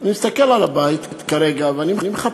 אני מסתכל על הבית כרגע, ואני מחפש